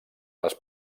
les